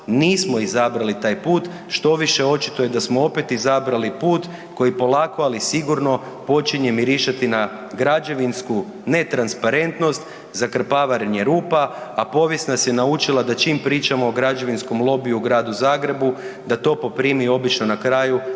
nismo izabrali taj put, štoviše očito je da smo opet izabrali put koji polako, ali sigurno počinje mirišati na građevinsku netransparentnost, zakrpavanje rupa, a povijest nas je naučila da čim pričamo o građevinskom lobiju u Gradu Zagrebu, da to poprimi obično na kraju